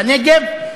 בנגב,